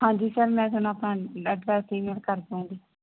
ਹਾਂਜੀ ਸਰ ਮੈਂ ਤੁਹਾਨੂੰ ਆਪਣਾ ਐਡਰੈੱਸ ਈਮੇਲ ਕਰ ਦਵਾਂਗੀ